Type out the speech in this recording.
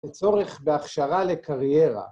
וצורך בהכשרה לקריירה.